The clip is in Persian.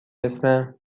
اسم